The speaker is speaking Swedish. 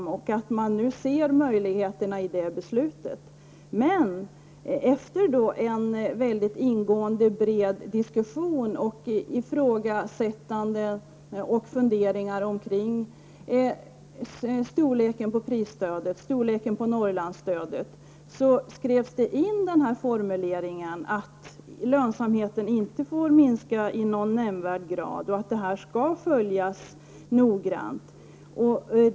Det är viktigt att man nu ser möjligheterna i det beslutet. Men efter en ingående och bred diskussion och ifrågasättanden och funderingar kring storleken på prisstödet, storleken på Norrlandsstödet, skrevs formuleringen in att lönsamheten inte får minska i någon nämndvärd grad och att utvecklingen på det området skall följas noggrant.